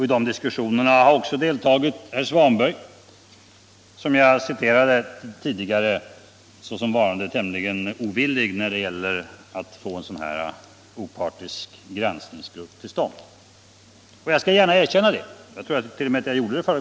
I de diskussionerna har också deltagit herr Svanberg, som jag citerade här tidigare såsom tämligen ovillig när det gällde att få till stånd en opartisk granskningsgrupp.